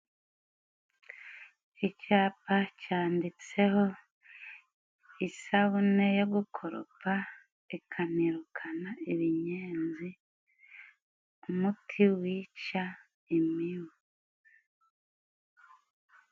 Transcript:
Icapa canditseho isabune yo gukoropa ikanirukana ibinyenzi, umuti wica imibu.